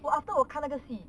well after 我看那个戏